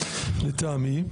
לטעמי.